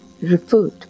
referred